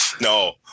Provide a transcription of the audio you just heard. No